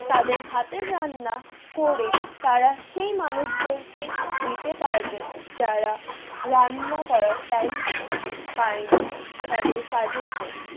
তাদের হাতের রান্না করে তারা সেই মানুষদেরকে দিতে পারবে যারা রান্না করার টাইম পায় না তাদের কাজের জন্য